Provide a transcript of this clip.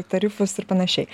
tarifus ir panašiai